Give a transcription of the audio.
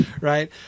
right